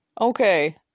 Okay